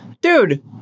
dude